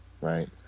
Right